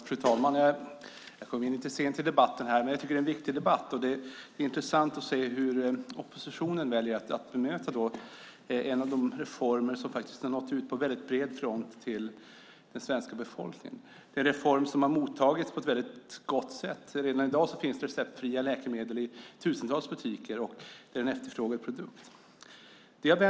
Fru talman! Jag kom in lite sent i debatten, men jag tycker att det är en viktig debatt. Det är intressant att se hur oppositionen väljer att bemöta en av de reformer som faktiskt har nått ut på bred front till den svenska befolkningen. Det är en reform som har mottagits på ett väldigt bra sätt. Redan i dag finns det receptfria läkemedel i tusentals butiker, och det är en efterfrågad produkt.